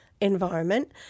environment